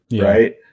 right